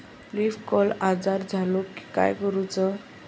Leaf curl आजार झालो की काय करूच?